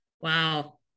Wow